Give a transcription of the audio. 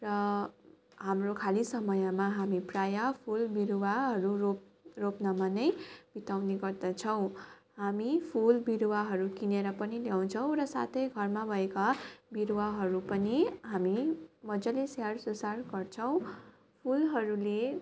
र हाम्रो खाली समयमा हामी प्राय फुल बिरुवाहरू रोप् रोप्नमा नै बिताउने गर्दछौँ हामी फुल बिरुवाहरू किनेर पनि ल्याउँछौँ र साथै घरमा भएका बिरुवाहरू पनि हामी मजाले स्याहारसुसार गर्छौँ फुलहरूले